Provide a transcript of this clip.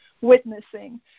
witnessing